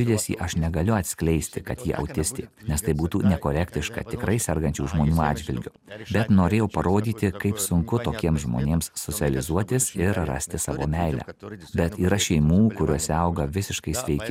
judesį aš negaliu atskleisti kad ji autistė nes tai būtų nekorektiška tikrai sergančių žmonių atžvilgiu bet norėjau parodyti kaip sunku tokiems žmonėms socializuotis ir rasti savo meilę bet yra šeimų kuriose auga visiškai sveiki